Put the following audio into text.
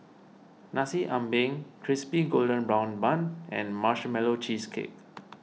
Nasi Ambeng Crispy Golden Brown Bun and Marshmallow Cheesecake